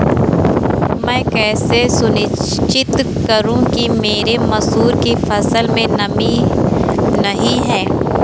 मैं कैसे सुनिश्चित करूँ कि मेरी मसूर की फसल में नमी नहीं है?